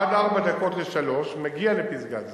עד 14:56 היא מגיעה לפסגת-זאב.